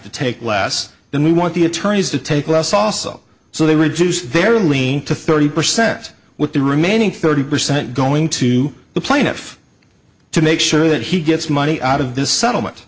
to take less then we want the attorneys to take us also so they reduce their lean to thirty percent with the remaining thirty percent going to the plaintiff to make sure that he gets money out of this settlement